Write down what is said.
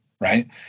right